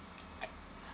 I